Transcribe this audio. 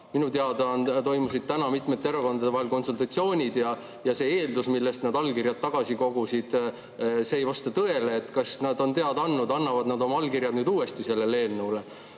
Minu teada toimusid täna mitmete erakondade vahel konsultatsioonid ja see eeldus, mille pärast nad allkirjad tagasi kogusid, ei vasta tõele. Kas nad on teada andnud, kas nad annavad oma allkirjad nüüd uuesti sellele eelnõule?